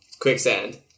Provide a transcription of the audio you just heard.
quicksand